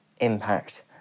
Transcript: impact